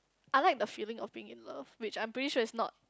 I like the feeling of being in love which I'm pretty sure is not